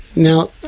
now,